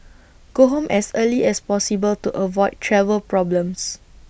go home as early as possible to avoid travel problems